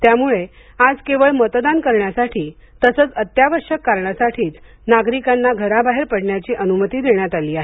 त्यामुळे आज केवळ मतदान करण्यासाठी तसंच अत्यावश्यक कारणासाठीच नागरिकांना घराबाहेर पडण्याची अनुमती देण्यात आली आहे